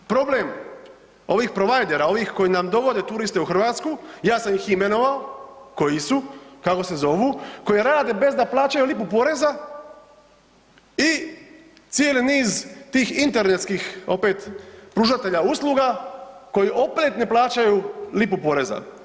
Problem ovih providera ovih koji nam dovode u Hrvatsku, ja sam ih imenovao koji su kako se zovu, koji rade bez da plaćaju lipu poreza i cijeli niz tih internetskih opet pružatelja usluga koji opet ne plaćaju lipu poreza.